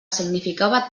significava